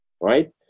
Right